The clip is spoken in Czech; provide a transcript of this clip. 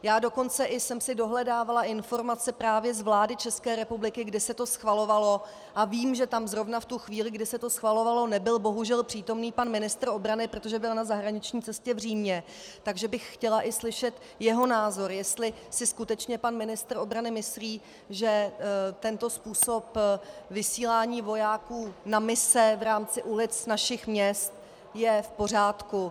Já jsem si dokonce dohledávala informace právě z vlády České republiky, kde se to schvalovalo, a vím, že tam zrovna v tu chvíli, kdy se to schvalovalo, nebyl bohužel přítomen pan ministr obrany, protože byl na zahraniční cestě v Římě, takže bych chtěla slyšet i jeho názor, jestli si skutečně pan ministr obrany myslí, že tento způsob vysílání vojáků na mise v rámci ulic našich měst je v pořádku.